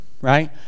right